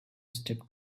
stepped